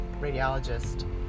radiologist